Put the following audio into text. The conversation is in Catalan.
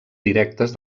directes